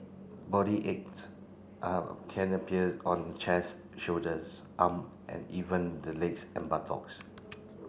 body aches are can appears on the chairs shoulders arm and even the legs and buttocks